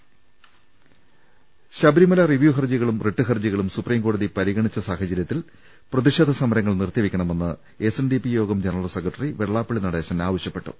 ്്്്്് Sabarimala review ഹർജികളും writ ഹർജികളും supreme കോടതി പരിഗണിച്ച സാഹചര്യത്തിൽ പ്രതിഷേധ സമരങ്ങൾ നിർത്തിവെക്കണമെന്ന് S N D P Yogam general secretary Vellappally Natesan ആവശ്യപ്പെട്ടു